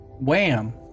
Wham